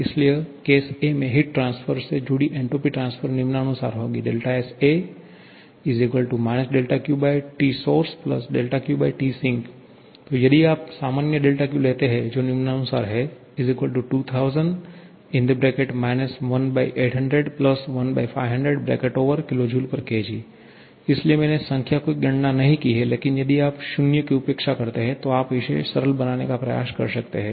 इसलिए case a में heat transfer से जुड़ी एन्ट्रापी ट्रांसफर निम्नानुसार होगी Sa QTsourceQTsink तो यदि आप सामान्य δQलेते हैं जो निम्नानुसार है 2000 18001500 kJK इसलिए मैंने संख्याओं की गणना नहीं की है लेकिन यदि आप 0 शुन्य की उपेक्षा करते हैं तो आप इसे सरल बनाने का प्रयास कर सकते हैं